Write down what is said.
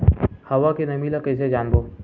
हवा के नमी ल कइसे जानबो?